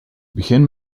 begin